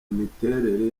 imiterere